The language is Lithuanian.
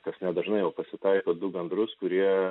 kas nedažnai jau pasitaiko du gandrus kurie